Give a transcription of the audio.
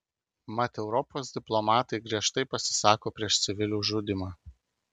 mat europos diplomatai griežtai pasisako prieš civilių žudymą